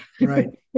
Right